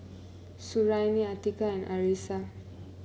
Suriani Atiqah and Arissa